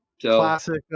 Classic